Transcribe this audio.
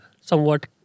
somewhat